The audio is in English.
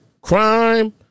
crime